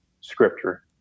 scripture